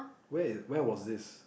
where it where was this